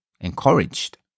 encouraged